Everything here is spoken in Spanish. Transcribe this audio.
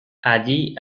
allí